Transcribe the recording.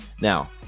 Now